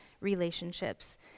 relationships